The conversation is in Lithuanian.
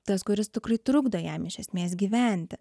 tas kuris tikrai trukdo jam iš esmės gyventi